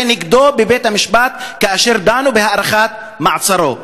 נגדו בבית-המשפט כאשר דנו בהארכת מעצרו.